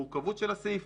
המורכבות של הסעיף.